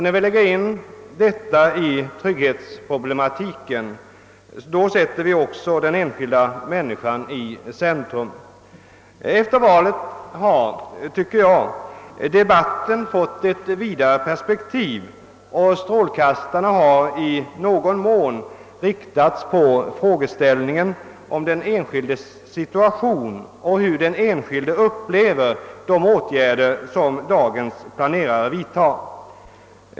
När vi inkluderar dessa frågor i trygghetsproblematiken sätter vi också den enskilda människan i centrum. Efter valet har enligt min mening debatten fått ett vidare perspektiv, och strålkastarna har i någon mån riktats på frågeställningen om den enskildes situation och hur den enskilde upplever de åtgärder som dagens planerare vidtar.